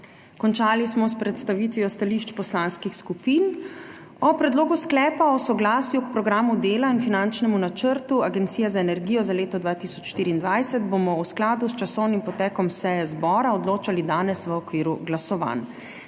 Končali smo s predstavitvijo stališč poslanskih skupin. O Predlogu sklepa o soglasju k Programu dela in finančnemu načrtu Agencije za energijo za leto 2024 bomo v skladu s časovnim potekom seje zbora odločali danes v okviru glasovanj.